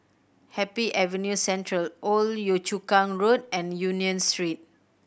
Happy Avenue Central Old Yio Chu Kang Road and Union Street